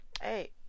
hey